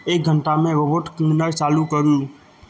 एक घण्टामे robot cleaner चालू करू